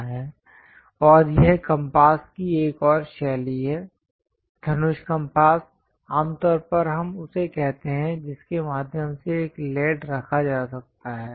और यह कम्पास की एक और शैली है धनुष कम्पास आमतौर पर हम उसे कहते हैं जिसके माध्यम से एक लेड रखा जा सकता है